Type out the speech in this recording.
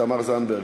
תמר זנדברג,